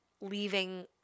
leaving